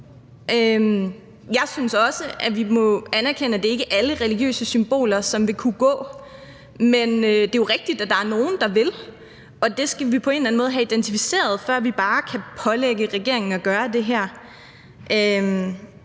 Jeg synes også, vi må anerkende, at det ikke er alle religiøse symboler, som vil kunne gå i forhold til det her, men det er jo rigtigt, at der er nogle, der vil, og det skal vi på en eller anden måde have identificeret, før vi bare kan pålægge regeringen at gøre det her.